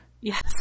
Yes